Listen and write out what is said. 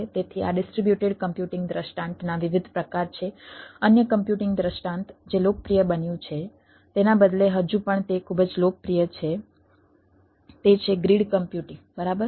તેથી આ distributed computing દૃષ્ટાંતના વિવિધ પ્રકાર છે અન્ય કમ્પ્યુટિંગ દૃષ્ટાંત જે લોકપ્રિય બન્યું છે તેના બદલે હજુ પણ તે ખૂબ જ લોકપ્રિય છે તે છે ગ્રીડ કમ્પ્યુટિંગ બરાબર